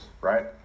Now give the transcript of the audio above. right